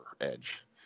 Edge